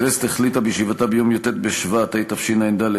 הכנסת החליטה בישיבתה ביום י"ט בשבט התשע"ד,